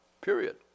period